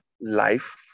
life